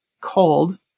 cold